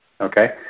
Okay